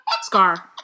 Scar